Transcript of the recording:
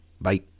Bye